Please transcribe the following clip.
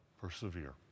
persevere